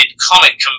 comic